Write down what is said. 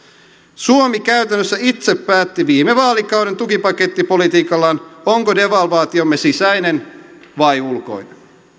suomi käytännössä itse päätti viime vaalikauden tukipakettipolitiikallaan onko devalvaatiomme sisäinen vai ulkoinen